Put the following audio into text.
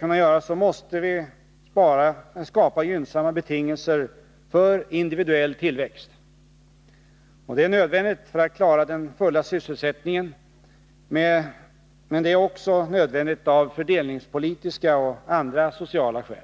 Men då måste vi skapa gynnsamma betingelser för industriell tillväxt. Det är nödvändigt för att klara den fulla sysselsättningen, men det är också nödvändigt av fördelningspolitiska och sociala skäl.